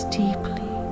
deeply